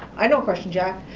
i know a question, jack.